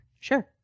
Sure